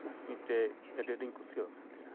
ᱢᱤᱫᱴᱮᱡ ᱟᱹᱰᱤ ᱟᱴᱤᱧ ᱠᱩᱥᱤᱭᱟᱜ ᱠᱟᱱ ᱛᱟᱦᱮᱸᱫᱼᱟ